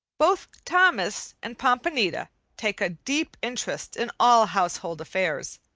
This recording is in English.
both thomas and pompanita take a deep interest in all household affairs,